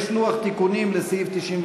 יש לוח תיקונים לסעיף 92,